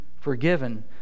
forgiven